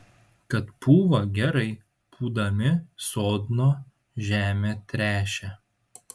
kad pūva gerai pūdami sodno žemę tręšia